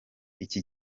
iki